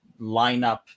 lineup